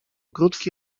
krótki